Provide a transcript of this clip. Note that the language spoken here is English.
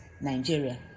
Nigeria